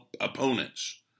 opponents